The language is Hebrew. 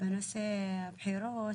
בנושא הבחירות.